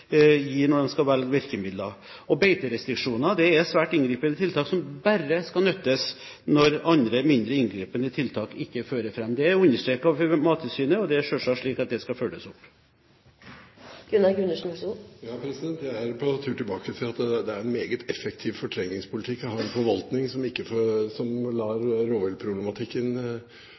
gir, når de skal velge virkemidler. Beiterestriksjoner er svært inngripende tiltak, som bare skal nyttes når andre mindre inngripende tiltak ikke fører fram. Det er understreket overfor Mattilsynet, og det er selvsagt slik at det skal følges opp. Jeg er på tur tilbake til at det er en meget effektiv fortrengningspolitikk. Vi har en forvaltning som bare lar rovviltproblematikken eksplodere, og et mattilsyn som